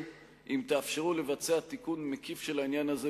אם תאפשרו לבצע תיקון מקיף של העניין הזה,